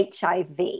HIV